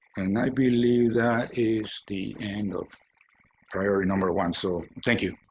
and i believe that is the end of priority number one. so, thank you.